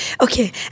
Okay